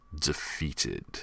defeated